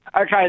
okay